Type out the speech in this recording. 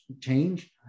change